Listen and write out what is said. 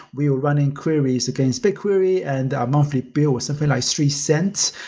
we were running queries against bigquery and our monthly bill was something like three cents.